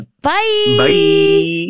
Bye